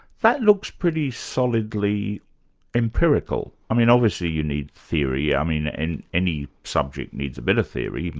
that looks pretty solidly empirical. i mean obviously you need theory, i mean and any subject needs a bit of theory,